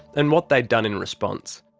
and what they'd done in response.